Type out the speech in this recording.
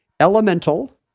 elemental